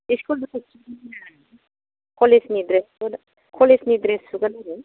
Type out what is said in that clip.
school नि college नि dress for college नि ड्रेस सुगोन आरो